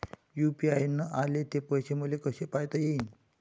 UPI न आले ते पैसे मले कसे पायता येईन?